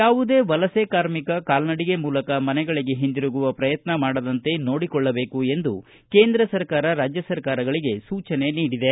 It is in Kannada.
ಯಾವುದೇ ವಲಸೆ ಕಾರ್ಮಿಕ ಕಾಲ್ನಡಿಗೆ ಮೂಲಕ ಮನೆಗಳಿಗೆ ಹಿಂದಿರುಗುವ ಪ್ರಯತ್ನ ಮಾಡದಂತೆ ನೋಡಿಕೊಳ್ಳಬೇಕು ಎಂದು ಕೇಂದ್ರ ಸರ್ಕಾರ ರಾಜ್ಜ ಸರ್ಕಾರಗಳಿಗೆ ಸೂಚನೆ ನೀಡಿದೆ